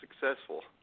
successful